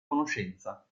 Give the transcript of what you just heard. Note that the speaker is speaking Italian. conoscenza